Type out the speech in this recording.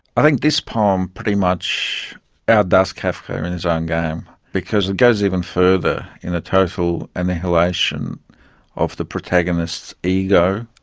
i think this poem pretty much outdoes kafka at and his own game because it goes even further in a total annihilation of the protagonist ego,